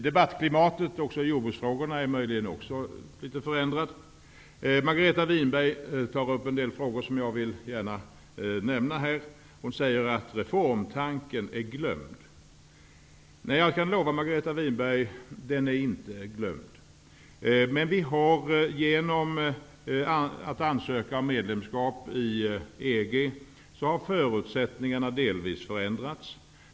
Debattklimatet i jordbruksfrågorna är möjligen också litet förändrat. Margareta Winberg tar upp en del frågor som jag gärna vill nämna här. Margareta Winberg säger att reformtanken är glömd. Jag kan lova henne att den inte är glömd. Men genom vår ansökan om medlemskap i EG har förutsättningarna delvis förändrats.